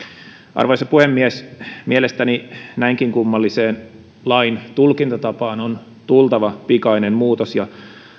arvoisa puhemies mielestäni näinkin kummalliseen laintulkintatapaan on tultava pikainen muutos ja